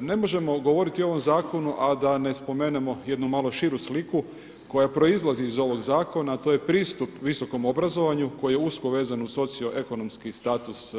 Ne možemo govoriti o ovom zakonu, a da ne spomenemo jednu malo širu sliku koja proizlazi iz ovog zakona, a to je pristup visokom obrazovanju koje je usko vezan uz socioekonomski status